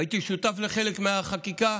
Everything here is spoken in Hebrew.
והייתי שותף לחלק מהחקיקה